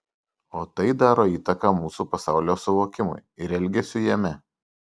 o tai daro įtaką mūsų pasaulio suvokimui ir elgesiui jame